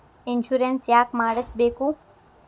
Insurance ಯಾಕ್ ಮಾಡಿಸಬೇಕು?